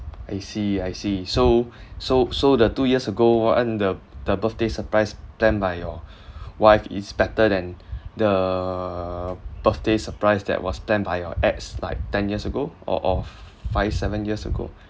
I see I see so so so the two years ago one the the birthday surprise done by your wife is better than the birthday surprise that was planned by your ex like ten years ago or or f~ five seven years ago